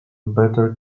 better